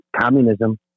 communism